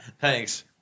Thanks